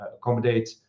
accommodate